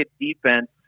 defense